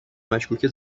مشکوکه